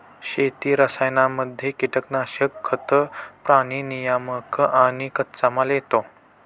शेती रसायनांमध्ये कीटनाशक, खतं, प्राणी नियामक आणि कच्चामाल येतो